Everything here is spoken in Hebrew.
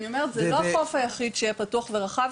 אני אומרת שזה לא החוף היחיד שיהיה פתוח ורחב,